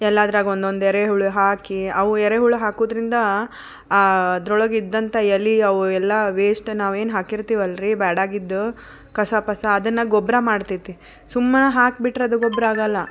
ಎಲ್ಲಾದ್ರಾಗ ಒಂದೊಂದು ಎರೆಹುಳು ಹಾಕಿ ಅವು ಎರೆಹುಳು ಹಾಕೋದ್ರಿಂದ ಅದರೊಳಗೆ ಇದ್ದಂಥ ಎಲೆ ಅವು ಎಲ್ಲ ವೇಸ್ಟ್ ನಾವೇನು ಹಾಕಿರ್ತೀವಲ್ರಿ ಬೇಡಾಗಿದ್ದು ಕಸ ಪಸ ಅದನ್ನು ಗೊಬ್ಬರ ಮಾಡ್ತೈತಿ ಸುಮ್ನೆ ಹಾಕಿಬಿಟ್ರೆ ಅದು ಗೊಬ್ರ ಆಗೋಲ್ಲ